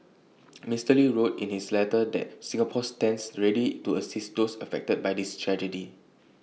Mister lee wrote in his letter that Singapore stands ready to assist those affected by this tragedy